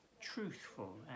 truthful